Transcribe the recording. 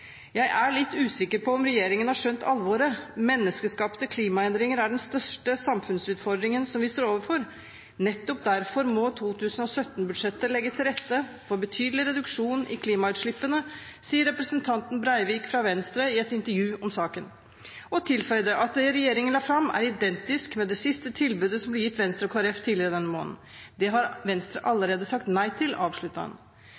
er kommet i gang. «Jeg er litt usikker på om regjeringen har skjønt alvoret. Menneskeskapte klimaendringer er den største samfunnsutfordringen som vi står overfor, nettopp derfor må 2017-budsjettet legge til rette for betydelig reduksjon i klimautslippene», sa representanten Breivik fra Venstre i et intervju om saken, og han tilføyde at det regjeringen la fram, er identisk med det siste tilbudet som ble gitt Venstre og Kristelig Folkeparti tidligere denne måneden. Det har Venstre